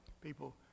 people